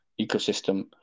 ecosystem